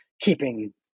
keeping